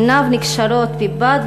עיניו נקשרות בבד,